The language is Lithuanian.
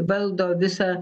valdo visą